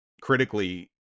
critically